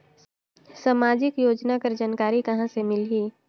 समाजिक योजना कर जानकारी कहाँ से मिलही?